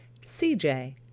cj